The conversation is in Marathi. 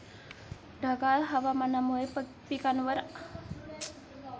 ढगाळ हवामानामुळे पिकांवर आर्द्रतेचे परिणाम अधिक असतो का?